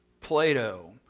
Plato